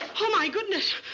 oh, my goodness.